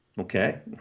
Okay